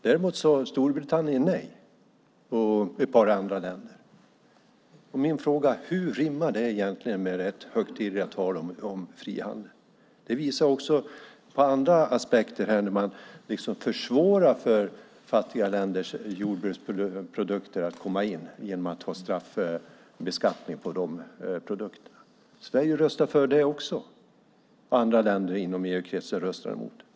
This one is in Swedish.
Däremot sade Storbritannien och ett par andra länder nej. Min fråga är: Hur rimmar detta egentligen med det högtidliga talet om frihandel? Det visar också på andra aspekter när man försvårar för fattiga länders jordbruksprodukter att komma in genom att ha straffbeskattning på dem. Sverige röstade för det också, medan andra länder i EU-kretsen röstade emot.